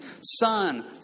son